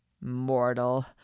Mortal